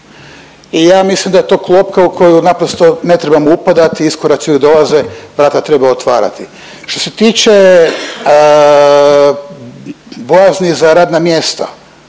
I ja mislim da je to klopka u koju naprosto ne trebamo upadati, iskoraci uvijek dolaze vrata treba otvarati. Što se tiče bojazni za radna mjesta,